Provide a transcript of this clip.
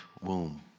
womb